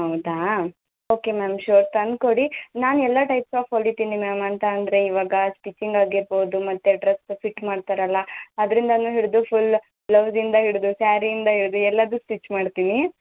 ಹೌದಾ okay ma'am sure ತಂದ್ಕೊಡಿ ನಾನು ಎಲ್ಲ ಟೈಪ್ ಫ್ರಾಕ್ ಹೊಲೀತೀನಿ ಮ್ಯಾಮ್ ಅಂತ ಅಂದರೆ ಇವಾಗ ಸ್ಟಿಚಿಂಗ್ ಆಗಿರ್ಬೋದು ಮತ್ತು ಡ್ರೆಸ್ ಫಿಟ್ ಮಾಡ್ತಾರಲ್ವಾ ಅದರಿಂದನೂ ಹಿಡಿದು ಫುಲ್ ಬ್ಲೌಸಿಂದ ಹಿಡಿದು ಸ್ಯಾರಿಯಿಂದ ಹಿಡಿದು ಎಲ್ಲದೂ ಸ್ಟಿಚ್ ಮಾಡ್ತೀನಿ